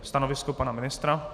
Stanovisko pana ministra?